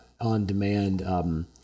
on-demand